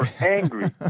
angry